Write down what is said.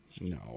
No